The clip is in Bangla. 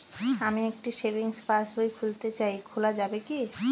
আমি একটি সেভিংস পাসবই খুলতে চাই খোলা যাবে কি?